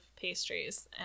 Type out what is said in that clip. pastries